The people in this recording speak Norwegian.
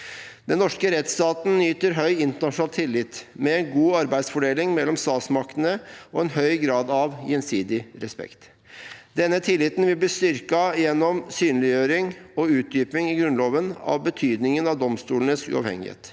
Den norske rettsstaten nyter høy internasjonal tillit med en god arbeidsfordeling mellom statsmaktene og en høy grad av gjensidig respekt. Denne tilliten vil bli styrket gjennom en synliggjøring og utdyping i Grunnloven av betydningen av domstolenes uavhengighet.